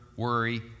worry